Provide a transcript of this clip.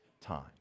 time